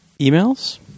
Emails